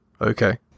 Okay